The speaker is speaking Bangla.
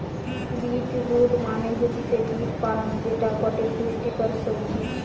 বিট রুট মানে হতিছে বিট পালং যেটা গটে পুষ্টিকর সবজি